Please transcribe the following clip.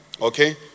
Okay